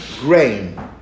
grain